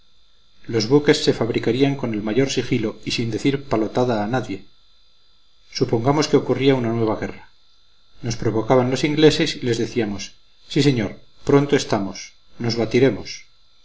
los buques se fabricarían con el mayor sigilo y sin decir palotada a nadie supongamos que ocurría una nueva guerra nos provocaban los ingleses y les decíamos sí señor pronto estamos nos